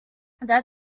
that